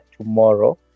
tomorrow